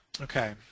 okay